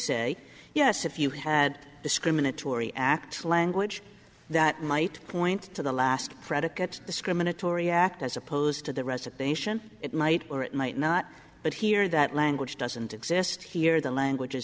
say yes if you had discriminatory act language that might point to the last predicate discriminatory act as opposed to the resignation it might or it might not but here that language doesn't exist here the language